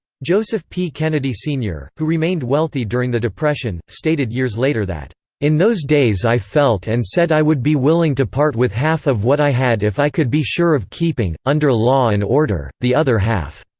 joseph p. kennedy, sr, who remained wealthy during the depression, stated years later that in those days i felt and said i would be willing to part with half of what i had if i could be sure of keeping, under law and order, the other half.